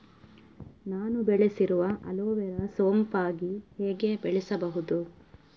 ನಾನು ಬೆಳೆಸಿರುವ ಅಲೋವೆರಾ ಸೋಂಪಾಗಿ ಹೇಗೆ ಬೆಳೆಸಬಹುದು?